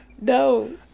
No